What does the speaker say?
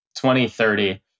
2030